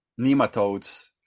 nematodes